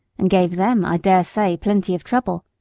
and gave them, i dare say, plenty of trouble,